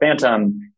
Phantom